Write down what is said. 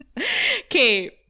Okay